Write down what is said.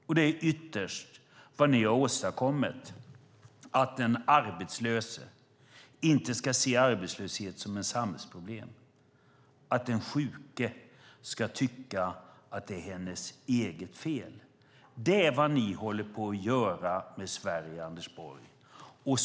Detta är ytterst vad ni har åstadkommit: Den arbetslöse ska inte se arbetslöshet som ett samhällsproblem. Den sjuke ska tycka att det är hans eget fel. Det är vad ni håller på att göra med Sverige, Anders Borg.